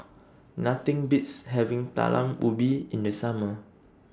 Nothing Beats having Talam Ubi in The Summer